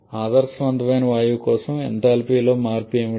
ఆదర్శవంతమైన వాయువు కోసం ఎంథాల్పీలో మార్పు ఏమిటి